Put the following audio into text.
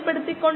303kd 2